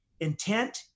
Intent